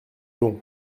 bon